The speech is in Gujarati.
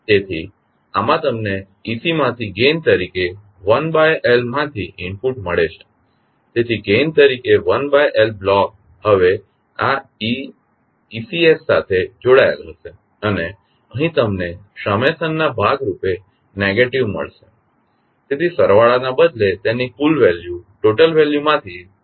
તેથી આમાં તમને ec માંથી ગેઇન તરીકે 1L માંથી ઇનપુટ મળે છે તેથી ગેઇન તરીકે 1L બ્લોક હવે આ Ec સાથે જોડાયેલ હશે અને અહીં તમને સમેશન ના ભાગ રૂપે નેગેટીવ મળશે તેથી સરવાળાને બદલે તેની કુલ વેલ્યુ માંથી બાદબાકી કરવામાં આવશે